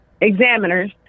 examiners